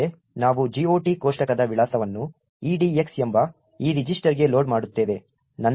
ಮೊದಲಿಗೆ ನಾವು GOT ಕೋಷ್ಟಕದ ವಿಳಾಸವನ್ನು EDX ಎಂಬ ಈ ರಿಜಿಸ್ಟರ್ಗೆ ಲೋಡ್ ಮಾಡುತ್ತೇವೆ